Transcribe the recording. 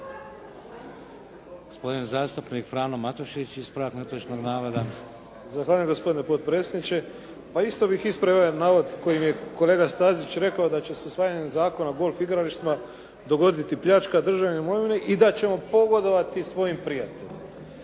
Gospodin zastupnik Frano Matušić, ispravak netočnog navoda. **Matušić, Frano (HDZ)** Zahvaljujem gospodine potpredsjedniče. Pa isto bih ispravio ovaj navod koji je kolega Stazić rekao da će se usvajanjem Zakona o golf igralištima dogoditi pljačka državne imovine i da ćemo pogodovati svojim prijateljima.